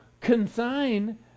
consign